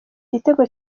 igitego